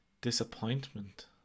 disappointment